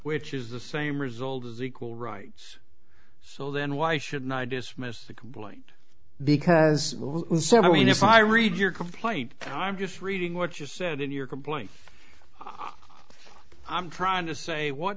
which is the same result as equal rights so then why shouldn't i dismiss the complaint because i mean if i read your complaint and i'm just reading what you said in your complaint i'm trying to say what